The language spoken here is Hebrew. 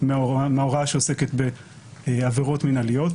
החיילים מההוראה שעוסקת בעבירות מינהליות.